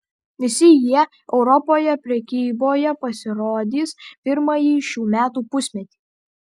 visi jie europoje prekyboje pasirodys pirmąjį šių metų pusmetį